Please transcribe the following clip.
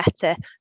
better